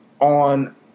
on